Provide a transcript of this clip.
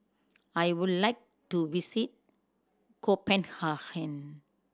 I would like to visit Copenhagen